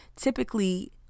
typically